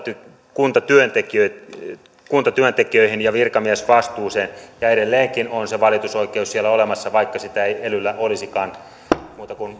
kuntatyöntekijöihin kuntatyöntekijöihin ja virkamiesvastuuseen ja edelleenkin on se valitusoikeus siellä olemassa vaikka sitä ei elyllä olisikaan muuta kuin